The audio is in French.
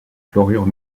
chlorure